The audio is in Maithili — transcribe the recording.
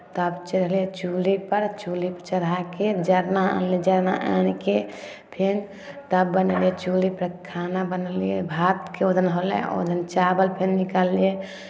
तब चढ़ैलियै चूल्हिपर चूल्हिपर चढ़ा कऽ जरना आनलियै जरना आनि कऽ फेर तब बनेलियै चूल्हिपर खाना बनेलियै भातके अदहन होलै अदहन चावल फेर निकाललियै